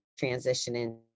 transitioning